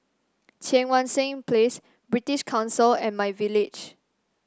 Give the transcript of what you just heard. Cheang Wan Seng Place British Council and myVillage